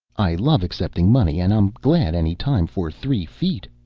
i love accepting money and i'm glad any time for three feet,